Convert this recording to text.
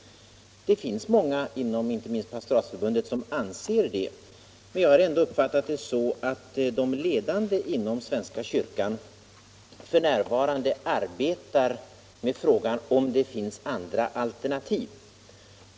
Det finns många, inte minst inom Pastoratsförbundet, som anser det, men jag har ändå uppfattat det så att de ledande inom svenska kyrkan f.n. arbetar med frågan om det finns andra alternativ.